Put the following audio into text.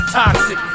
toxic